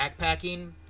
backpacking